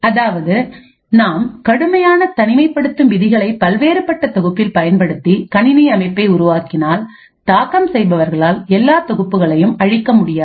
அதாவது நாம் கடுமையான தனிமைப்படுத்தும் விதிகளை பல்வேறுபட்ட தொகுப்பில் பயன்படுத்தி கணினி அமைப்பை உருவாக்கினால் தாக்கம் செய்பவர்களால் எல்லா தொகுப்புகளையும் அழிக்க முடியாது